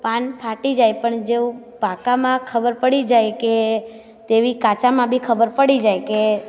પાન ફાટી જાય પણ જેવું પાક્કામાં ખબર પડી જાય કે તેવી કાચામાં બી ખબર પડી જાય કે